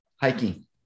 Hiking